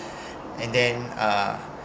and then uh